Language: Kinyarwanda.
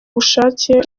bushake